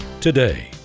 today